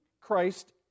christ